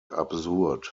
absurd